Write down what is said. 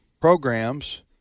programs